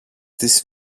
της